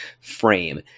frame